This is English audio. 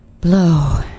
blow